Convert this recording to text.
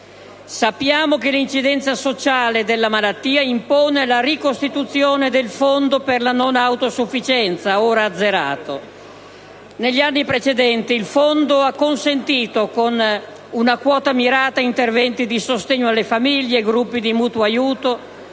Sappiamo che l'incidenza sociale della malattia impone la ricostituzione del fondo per la non autosufficienza, ora azzerato. Negli anni precedenti il fondo ha consentito, con una quota mirata, interventi di sostegno alle famiglie, gruppi di mutuo aiuto,